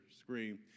screen